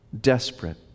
desperate